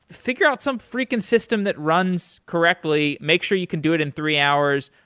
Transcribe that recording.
figure out some freaking system that runs correctly. make sure you can do it in three hours.